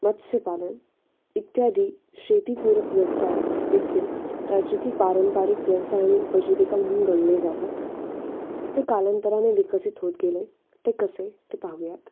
मत्स्यपालन इत्यादी शेतीपूरक व्यवसायदेखील राज्यातील पारंपरिक व्यवसाय आणि उपजीविका म्हणून गणले जातात ते कालांतराने विकसित होत गेले ते कसे ते पाहूयात